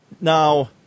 now